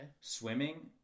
Swimming